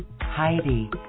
Heidi